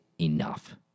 enough